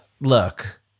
look